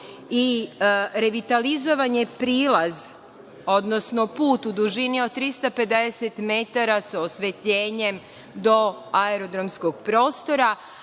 i revitalizovan je prilaz, odnosno put u dužini od 350 metara sa osvetljenjem do aerodromskog prostora,